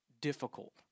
difficult